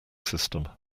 system